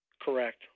Correct